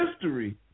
history